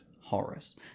Horace